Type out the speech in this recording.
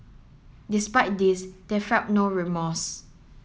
despite this they felt no remorse